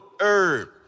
Herb